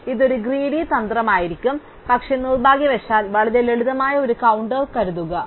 അതിനാൽ ഇതൊരു ഗ്രീഡി തന്ത്രമായിരിക്കാം പക്ഷേ നിർഭാഗ്യവശാൽ വളരെ ലളിതമായ ഒരു കൌണ്ടർ ഉദാഹരണം ഉണ്ട്